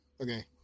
Okay